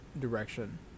direction